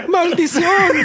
Maldición